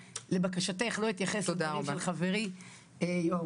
לבקשתך לא אתייחס לדברים של חברי יוראי.